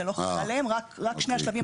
זה לא חל עליהם אלא רק שני השלבים